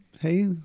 Hey